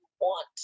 want